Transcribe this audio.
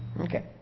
Okay